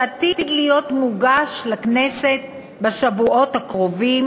שעתיד להיות מוגש לכנסת בשבועות הקרובים.